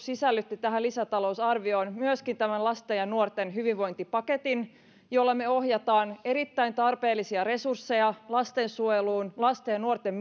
sisällytti tähän lisätalousarvioon myöskin tämän lasten ja nuorten hyvinvointipaketin jolla me ohjaamme erittäin tarpeellisia resursseja lastensuojeluun lasten ja nuorten